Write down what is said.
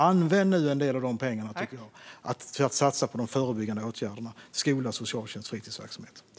Använd nu en del av de pengarna till att satsa på de förebyggande åtgärderna skola, socialtjänst och fritidsverksamhet!